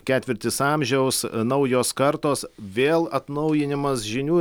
ketvirtis amžiaus naujos kartos vėl atnaujinimas žinių